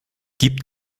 gibt